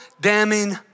damning